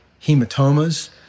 hematomas